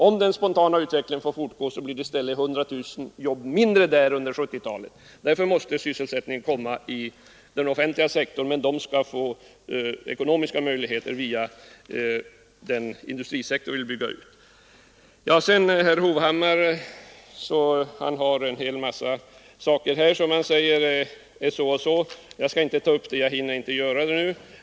Om den spontana utvecklingen får fortgå, blir det i stället 100 000 jobb mindre där under 1970-talet. Därför måste sysselsättningen öka inom den offentliga sektorn, men den skall få ekonomiska möjligheter via den industrisektor som vi vill bygga ut. Herr Hovhammar har en hel mängd synpunkter. Jag skall inte ta upp dem; jag hinner inte göra det nu.